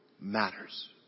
matters